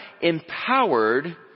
empowered